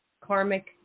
karmic